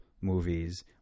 movies